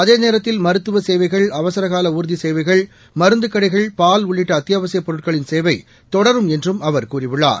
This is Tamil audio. அதேநேரத்தில் மருத்துவ சேவைகள் அவசரகால ஊர்தி சேவைகள் மருந்துக்கடைகள் பால் உள்ளிட்ட அத்தியாவசியப் பொருட்களின் சேவை தொடரும் என்றும் அவர் கூறியுள்ளார்